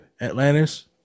Atlantis